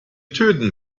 töten